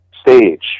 stage